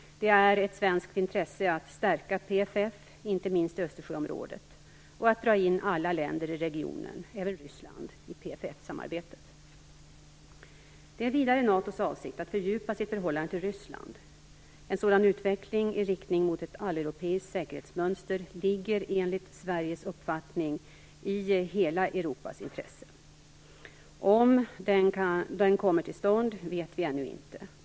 Det är ett svenskt intresse att stärka PFF, inte minst i Östersjöområdet, och att dra in alla länder i regionen, även Det är vidare NATO:s avsikt att fördjupa sitt förhållande till Ryssland. En sådan utveckling i riktning mot ett alleuropeiskt säkerhetsmönster ligger enligt Sveriges uppfattning i hela Europas intresse. Om den kommer till stånd vet vi ännu inte.